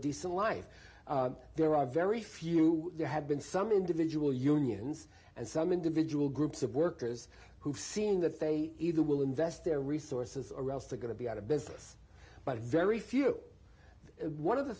decent life there are very few there have been some individual unions and some individual groups of workers who've seen that they either will invest their resources or else they're going to be out of business but a very few one of the